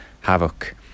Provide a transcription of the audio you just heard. havoc